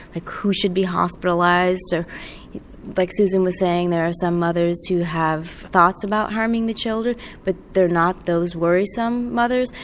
like who should be hospitalised, like susan was saying there are some mothers who have thoughts about harming the children but they're not those worrisome mothers,